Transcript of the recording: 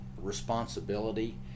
responsibility